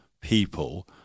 people